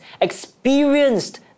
experienced